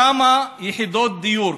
כמה יחידות דיור,